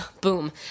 boom